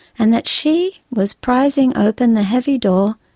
and that she was prising open the heavy door,